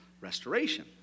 restoration